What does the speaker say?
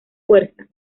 fuerza